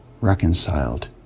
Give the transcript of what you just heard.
reconciled